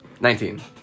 nineteen